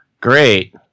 great